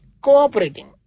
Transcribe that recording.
Cooperating